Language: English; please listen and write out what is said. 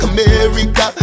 America